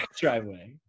driveway